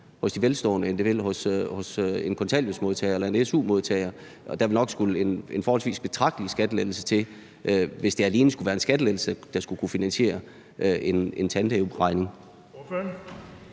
hos de velstående, end den vil hos en kontanthjælpsmodtager eller en su-modtager. Der ville nok skulle en forholdsvis betragtelig skattelettelse til, hvis det alene skulle være en skattelettelse, der skulle kunne finansiere en tandlægeregning.